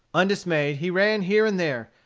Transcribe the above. undismayed he ran here and there,